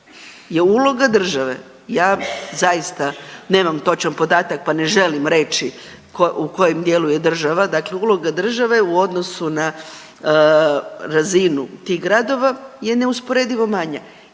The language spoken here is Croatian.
uloga države u odnosu na razinu tih gradova je neusporedivo manja.